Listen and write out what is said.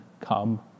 come